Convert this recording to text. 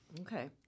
Okay